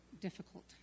difficult